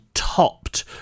topped